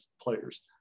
players